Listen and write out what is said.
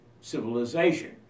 civilization